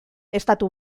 estatu